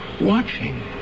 Watching